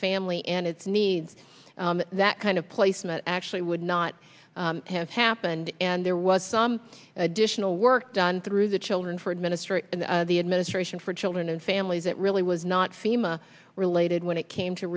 family and its needs that kind of placement actually would not have happened and there was some additional work done through the children for administrator and the administration for children and families it really was not fema related when it came to